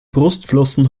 brustflossen